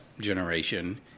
generation